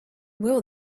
will